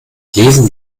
lesen